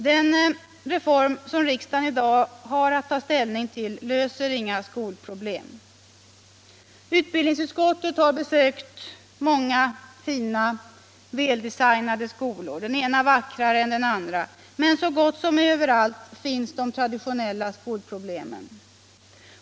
Den reform som riksdagen i dag har att ta ställning till löser inga skolproblem. Utbildningsutskottet har besökt många fina och väldesignade skolor, den en vackrare än den andra. Men så gott som överallt finns de traditionella skolproblemen.